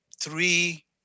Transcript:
three